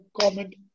comment